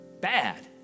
bad